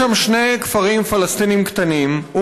יש שם שני כפרים פלסטיניים קטנים,